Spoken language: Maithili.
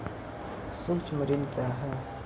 सुक्ष्म ऋण क्या हैं?